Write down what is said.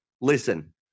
listen